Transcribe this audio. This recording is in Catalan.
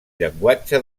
llenguatge